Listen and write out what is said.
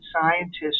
scientists